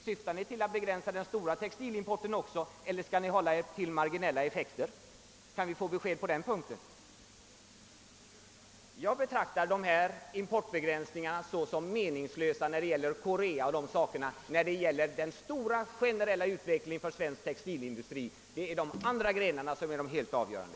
Syftar ni till att begränsa den stora textilimporten? Håller ni er till marginella effekter? Kan vi få besked på denna punkt? Jag betraktar de ifrågavarande importbegränsningarna beträffande bl.a. Korea som meningslösa när det gäller den stora och generella utvecklingen av svensk textilindustri, ty det är de andra grenarna av importen som är helt avgörande.